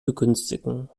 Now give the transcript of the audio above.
begünstigen